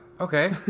Okay